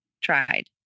tried